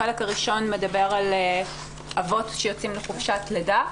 החלק הראשון מדבר על אבות שיוצאים לחופשת לידה.